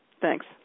Thanks